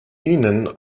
ihnen